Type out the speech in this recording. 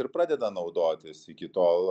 ir pradeda naudotis iki tol